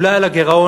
אולי על הגירעון,